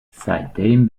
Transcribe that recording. seitdem